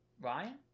ryan